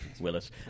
Willis